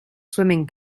swimming